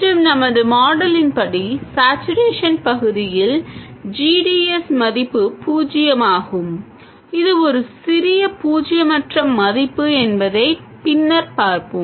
மற்றும் நமது மாடலின் படி சேட்சுரேஷன் பகுதியில் g d s மதிப்பு பூஜ்ஜியமாகும் இது ஒரு சிறிய பூஜ்ஜியமற்ற மதிப்பு என்பதை பின்னர் பார்ப்போம்